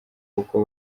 kuko